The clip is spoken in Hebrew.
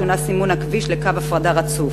שונה סימון הכביש לקו הפרדה רצוף.